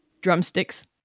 drumsticks